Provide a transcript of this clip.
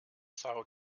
são